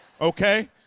okay